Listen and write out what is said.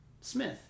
Smith